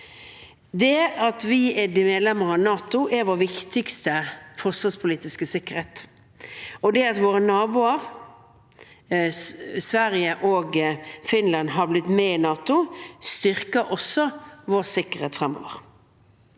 Det at vi er medlemmer av NATO, er vår viktigste forsvarspolitiske sikkerhet. Det at våre naboer Sverige og Finland har blitt med i NATO, styrker også vår sikkerhet fremover.